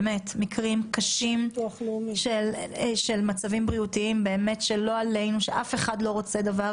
מקרים קשים במצב בריאותיים שאף אחד לא רוצה להיות בו,